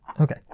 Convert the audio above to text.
Okay